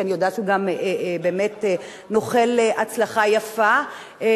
שאני יודעת שהוא באמת נוחל הצלחה יפה,